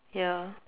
ya